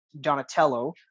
Donatello